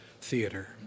theater